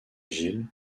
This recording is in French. gilles